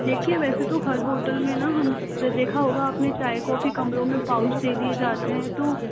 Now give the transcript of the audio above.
देखिए वैसे तो हर होटल में न हम देखा होगा आपने चाय कॉफी कमरों में पाउच दे दिए जाते हैं तो